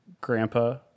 grandpa